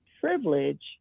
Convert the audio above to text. privilege